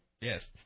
Yes